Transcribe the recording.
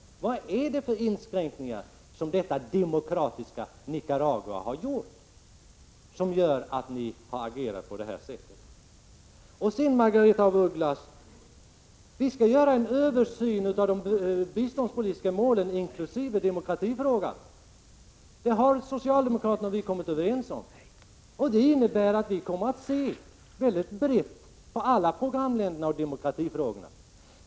Vad är det för inskränkningar i detta demokratiska Nicaragua som gör att ni agerar på det här sättet? Så till Margaretha af Ugglas: Vi skall göra en översyn av de biståndspolitiska målen, inkl. demokratifrågan. Det har socialdemokraterna och vi kommit överens om, och det innebär att vi kommer att se mycket brett på alla programländerna och demokratifrågorna.